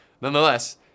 Nonetheless